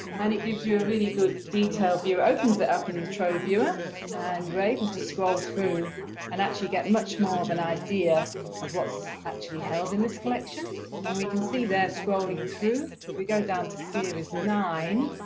and it gives you a really good detailed view. it opens it up in the trove viewer and we're able to scroll through and actually get much more of an idea of what's actually held in this collection and we can see there, scrolling through, if we go down to series nine,